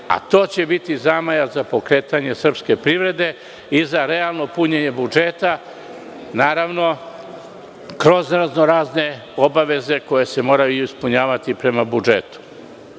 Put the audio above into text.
a to će biti zamajac za pokretanje srpske privrede i za realno punjenje budžeta kroz razno razne obaveze koje se moraju ispunjavati prema budžetu.